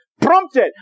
Prompted